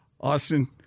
Austin